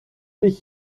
dich